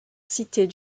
citées